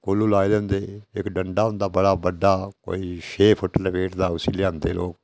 कोह्लू लाए दे होंदे देसी इक डंडा होंदा बड़ा बड्डा कोई छे फुट्ट लपेटदा उस्सी लेआंदे लोक